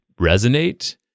resonate